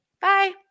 Bye